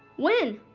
when?